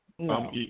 No